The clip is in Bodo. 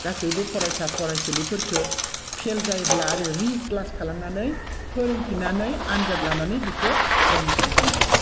गासैबो फरायसा फरायसुलिफोरखो फेल जायोब्ला आरो रि क्लास खालामनानै फोरोंफिन्नानै आनजाद लानानै बिखौ प्रम'सन होनांगौ